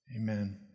Amen